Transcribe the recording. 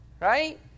right